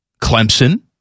Clemson